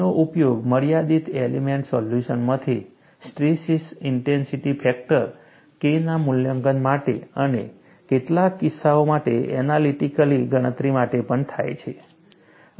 તેનો ઉપયોગ મર્યાદિત એલિમેન્ટ સોલ્યુશનમાંથી સ્ટ્રેસીસ ઇન્ટેન્સિટી ફેક્ટર K ના મૂલ્યાંકન માટે અને કેટલાક કિસ્સાઓ માટે એનાલિટિકલી ગણતરી માટે પણ થાય છે